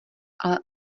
ale